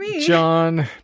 John